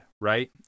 right